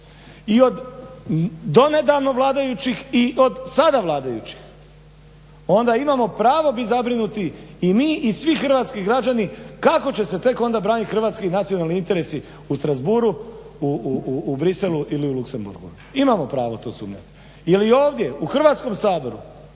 i od donedavno vladajućih i od sada vladajućih onda imamo pravo biti zabrinuti i mi i svi hrvatski građani kako će se tek onda braniti hrvatski nacionalni interesi u Strasbourgu u Bruxellesu ili u Luksemburgu, imamo pravo tu sumnjati. Jel i ovdje u Hrvatskom saboru